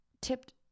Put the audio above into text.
tipped